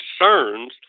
concerns